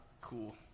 cool